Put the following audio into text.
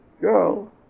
girl